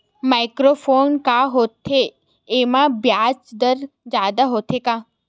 Micro loan का होथे येमा ब्याज दर जादा होथे का?